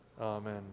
Amen